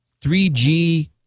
3G